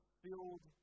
filled